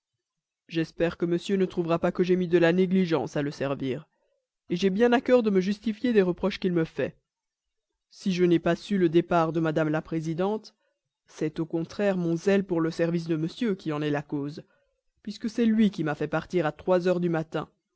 j'espère que monsieur ne trouvera pas que j'aie mis de la négligence à le servir j'ai bien à cœur de me justifier de reproches qu'il me fait si je n'ai pas su le départ de mme la présidente c'est au contraire mon zèle pour le service de monsieur qui en est cause puisque c'est lui qui m'a fait partir à trois heures du matin